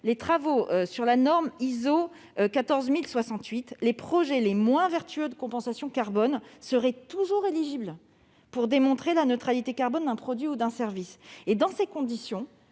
des travaux sur la norme ISO 14068, les projets les moins vertueux de compensation carbone seraient toujours éligibles pour démontrer la neutralité carbone d'un produit ou d'un service. Dans ces conditions,